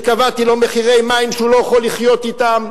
שקבעתי לו מחירי מים שהוא לא יכול לחיות אתם.